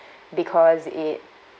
because it